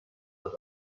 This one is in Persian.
دارم